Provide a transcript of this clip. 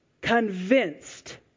convinced